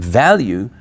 value